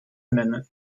amendment